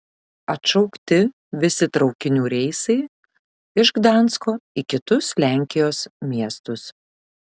atšaukti visi traukinių reisai iš gdansko į kitus lenkijos miestus